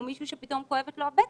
או מישהו שפתאום כואבת לו הבטן.